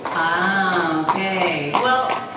ah ok, well,